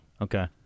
Okay